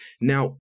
Now